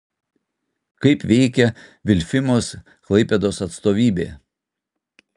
kaip veikia vilfimos klaipėdos atstovybė